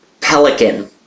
pelican